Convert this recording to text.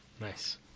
Nice